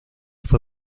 fue